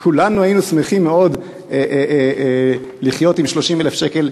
כולנו היינו שמחים מאוד לחיות עם 30,000 שקל,